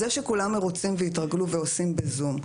זה שכולם מרוצים והתרגלו ועושים בזום,